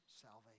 salvation